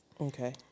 Okay